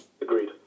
Agreed